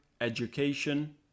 education